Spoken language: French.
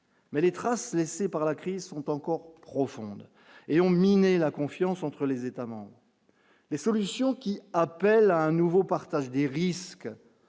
Mais les traces laissées par la crise sont encore profondes et ont miné la confiance entre les États-membres. Les solutions qui appelle à un nouveau partage des risques